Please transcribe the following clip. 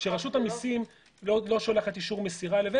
שרשות המיסים לא שולחת אישור מסירה לבין